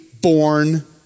born